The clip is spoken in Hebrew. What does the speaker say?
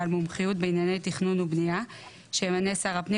בעל מומחיות בענייני תכנון ובנייה שימנה שר הפנים